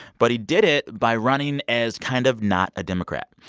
but he did it by running as kind of not a democrat.